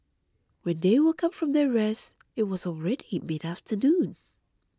when they woke up from their rest it was already midafternoon